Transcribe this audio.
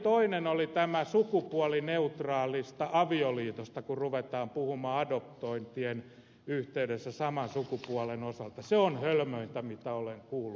toinen oli tämä kun sukupuolineutraalista avioliitosta ruvetaan puhumaan adoptointien yhteydessä saman sukupuolen osalta se on hölmöintä mitä olen kuullut